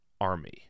Army